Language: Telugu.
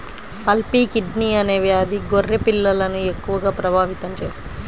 పల్పీ కిడ్నీ అనే వ్యాధి గొర్రె పిల్లలను ఎక్కువగా ప్రభావితం చేస్తుంది